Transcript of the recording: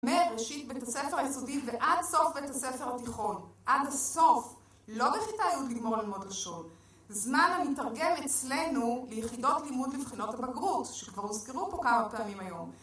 מראשית בית הספר היסודי ועד סוף בית הספר התיכון עד הסוף לא בכיתה י' לגמור ללמוד לשון, זמן המתרגם אצלנו ליחידות לימוד לבחינות הבגרות שכבר הוזכרו פה כמה פעמים היום